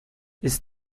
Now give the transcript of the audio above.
ist